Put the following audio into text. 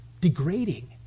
degrading